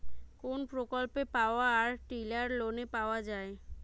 কোন প্রকল্পে power tiller লোনে পাওয়া য়ায়?